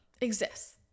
exists